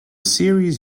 series